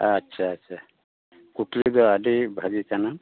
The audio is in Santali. ᱟᱪᱪᱷᱟ ᱟᱪᱪᱷᱟ ᱠᱩᱠᱞᱤ ᱫᱚ ᱟᱹᱰᱤ ᱵᱷᱟᱜᱮ ᱠᱟᱱᱟ